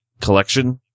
collection